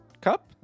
cup